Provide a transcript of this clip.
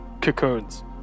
cocoons